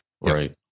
right